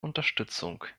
unterstützung